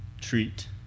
treat